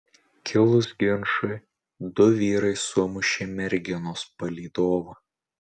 kilus ginčui du vyrai sumušė merginos palydovą